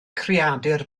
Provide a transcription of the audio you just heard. creadur